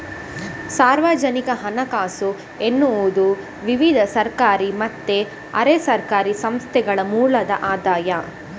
ಸಾರ್ವಜನಿಕ ಹಣಕಾಸು ಎನ್ನುವುದು ವಿವಿಧ ಸರ್ಕಾರಿ ಮತ್ತೆ ಅರೆ ಸರ್ಕಾರಿ ಸಂಸ್ಥೆಗಳ ಮೂಲದ ಆದಾಯ